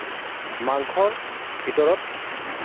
মাংসৰ ভিতৰত